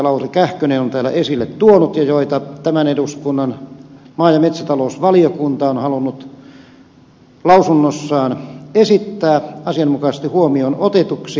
lauri kähkönen on täällä esille tuonut ja joita tämän eduskunnan maa ja metsätalousvaliokunta on halunnut lausunnossaan esittää asianmukaisesti huomioon otetuiksi